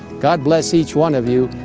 god bless each one of you,